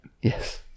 Yes